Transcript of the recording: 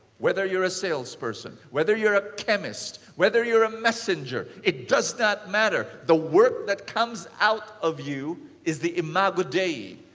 whether you're a salesperson, whether you're a chemist, whether you're a messenger, it does not matter. the work that comes out of you is the imago dei,